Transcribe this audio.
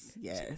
Yes